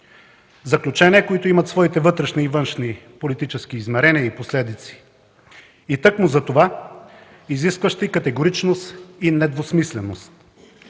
заключения, които имат своите вътрешни и външни политически измерения и последици и тъкмо затова изискващи категоричност и недвусмисленост.